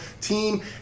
team